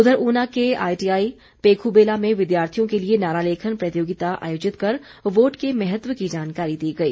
उधर ऊना के आईटीआई पेखूबेला में विद्यार्थियों के लिए नारा लेखन प्रतियोगिता आयोजित कर वोट के महत्व की जानकारी दी गई